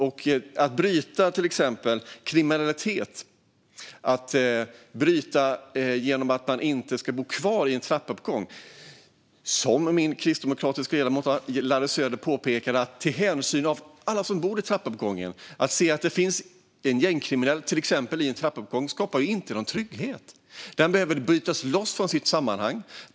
Det handlar till exempel som att bryta kriminalitet genom att man inte ska bo kvar i en trappuppgång. Som den kristdemokratiske ledamoten Larry Söder påpekade är det av hänsyn till alla som bor i trappuppgången. Om det till exempel finns en gängkriminell i en trappuppgång skapar det inte någon trygghet. Den behöver brytas loss från sitt sammanhang.